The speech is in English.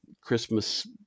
Christmas